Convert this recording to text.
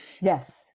Yes